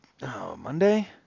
Monday